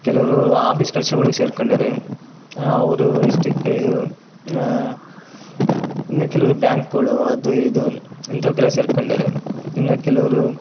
ಕೆಲವರು ಆಫೀಸ್ ಕೆಲ್ಸಗಳಿಗೆ ಸೇರ್ಕೊಂಡರೆ ಅವರು ಇಷ್ಟಕ್ಕೆ ಇದು ಇನ್ನು ಕೆಲವರು ಬ್ಯಾಂಕ್ಗಳು ಅದೂ ಇದೂ ಇಂಥವಕ್ಕೆಲ್ಲ ಸೇರ್ಕೊಂಡರೆ ಇನ್ನು ಕೆಲವರು